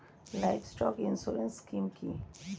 Livestock insurance scheme কি?